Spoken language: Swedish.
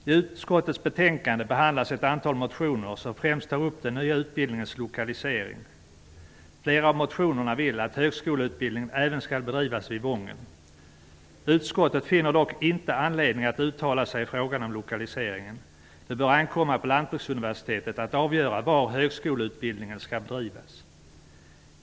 I utskottets betänkande behandlas ett antal motioner där främst den nya utbildningens lokalisering tas upp. I flera av motionerna vill man att högskoleutbildning även skall bedrivas vid Wången. Utskottet finner dock inte anledning att uttala sig i frågan om lokaliseringen. Det bör ankomma på Lantbruksuniversitetet att avgöra var högskoleutbildningen skall bedrivas.